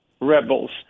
rebels